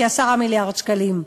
כ-10 מיליארד שקלים.